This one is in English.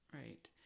Right